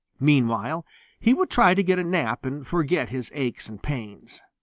meanwhile he would try to get a nap and forget his aches and pains.